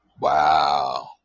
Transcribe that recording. Wow